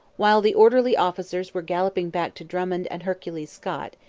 while the orderly officers were galloping back to drummond and hercules scott,